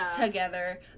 together